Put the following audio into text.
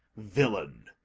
villain,